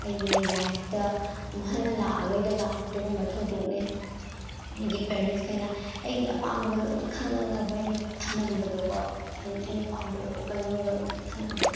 ꯑꯩꯒꯤ ꯂꯥꯏꯐꯇ ꯑꯃꯨꯛꯍꯟꯅ ꯂꯥꯛꯑꯔꯣꯏꯗꯕ ꯑꯗꯨꯒꯨꯝꯕ ꯊꯧꯗꯣꯛꯅꯦ ꯑꯩꯒꯤ ꯄꯦꯔꯦꯟꯁꯈꯩꯅ ꯑꯩꯒꯤ ꯑꯄꯥꯝꯕꯒ ꯂꯣꯏꯅꯃꯛ ꯈꯪꯉꯒ ꯃꯣꯏꯅ ꯊꯅꯝꯕꯗꯣꯀꯣ ꯑꯗ ꯑꯩꯅ ꯑꯩꯅ ꯄꯥꯝꯖꯕ ꯄꯣꯠꯀ ꯂꯧꯔꯒ ꯊꯅꯝꯕꯗꯣ